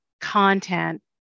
content